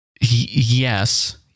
Yes